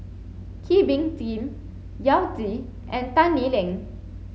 Kee Bee Khim Yao Zi and Tan Lee Leng